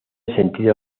sentido